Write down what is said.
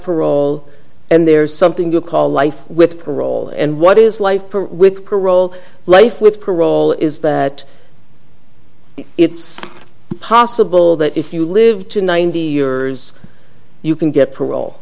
parole and there's something you call life with parole and what is life without parole life with parole is that it's possible that if you live to ninety years you can get parole